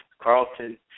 Carlton